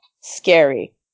Scary